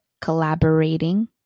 collaborating